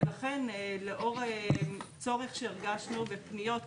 ולכן לאור צורך שהרגשנו ופניות,